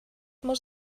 muss